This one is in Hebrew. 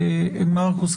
מרכוס,